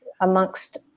amongst